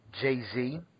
jay-z